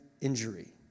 injury